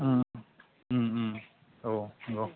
औ औ